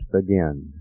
again